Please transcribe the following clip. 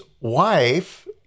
wife